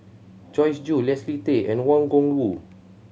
Joyce Jue Leslie Tay and Wang Gungwu